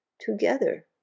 together